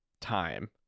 time